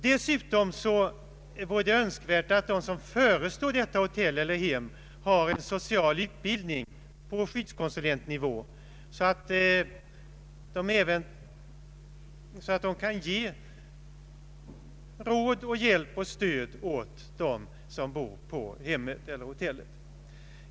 Dessutom vore det önskvärt att de som förestår dessa hotell eller hem har en social utbildning på skyddskonsulentnivå, så att de kan ge råd, hjälp och stöd åt dem som bor där.